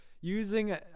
using